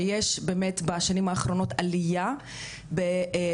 שיש באמת בשנים האחרונות עלייה בשיעור